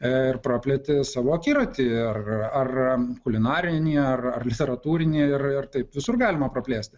ir prapleti savo akiratį ar ar kulinarinį ar literatūrinį ir ir taip visur galima praplėsti